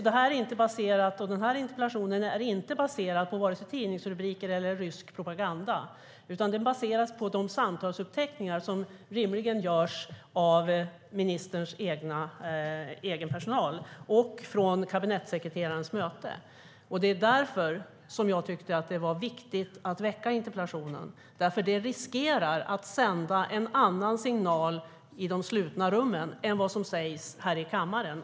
Den här interpellationen är alltså inte baserad på vare sig tidningsrubriker eller rysk propaganda, utan den baseras på de samtalsuppteckningar som rimligen gjorts av ministerns egen personal och från kabinettssekreterarens möte. Jag tyckte att det var viktigt att väcka interpellationen för att inte riskera att sända en annan signal i de slutna rummen än vad som sägs i kammaren.